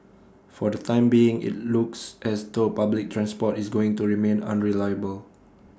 for the time being IT looks as though public transport is going to remain unreliable